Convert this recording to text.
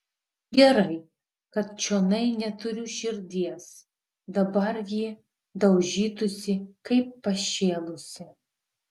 gerai kad čionai neturiu širdies dabar ji daužytųsi kaip pašėlusi